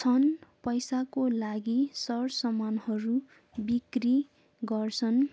छन् पैसाको लागि सर सामानहरू बिक्री गर्छन्